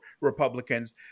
Republicans